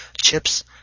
chips